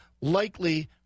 likely